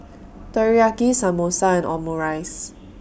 Teriyaki Samosa and Omurice